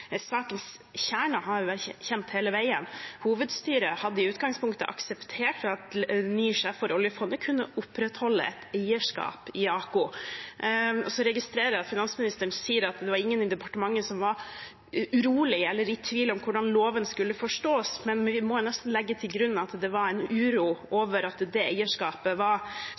Sakens kjerne har jo vært kjent hele veien: Hovedstyret hadde i utgangspunktet akseptert at den nye sjefen for oljefondet kunne opprettholde et eierskap i AKO. Så registrerer jeg at finansministeren sier at ingen i departementet var urolige eller i tvil om hvordan loven skulle forstås, men vi må nesten legge til grunn at det var en uro over at det eierskapet skulle opprettholdes, at det var